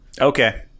Okay